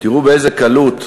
תראו באיזו קלות,